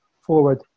forward